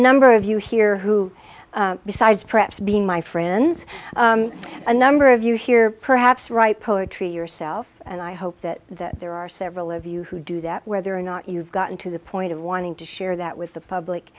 number of you here who besides perhaps being my friends a number of you here perhaps write poetry yourself and i hope that there are several of you who do that whether or not you've gotten to the point of wanting to share that with the public